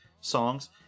songs